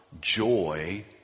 joy